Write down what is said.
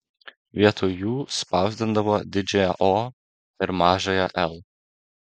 vietoj jų spausdindavo didžiąją o ir mažąją l